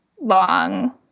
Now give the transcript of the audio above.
long